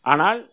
Anal